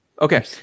Okay